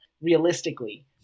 Realistically